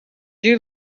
you